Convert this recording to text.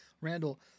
Randall